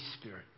Spirit